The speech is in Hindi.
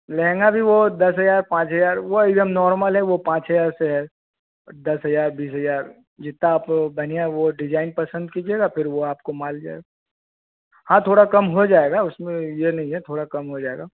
लहंगा भी वह दस हज़ार पाँच हज़ार वह एकदम नॉर्मल है वह पाँच हज़ार से है दस हज़ार बीस हज़ार जितना आप बढ़िया वह डिजाइन पसंद कीजिएगा फ़िर वह आपको माल जाए हाँ थोड़ा कम हो जाएगा उसमें यह नहीं है थोड़ा कम हो जाएगा